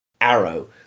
arrow